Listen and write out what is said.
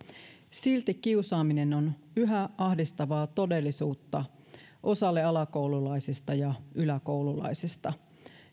silti kiusaaminen on yhä ahdistavaa todellisuutta osalle alakoululaisista ja yläkoululaisista